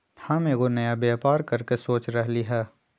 हम एगो नया व्यापर करके सोच रहलि ह